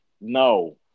No